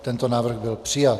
Tento návrh byl přijat.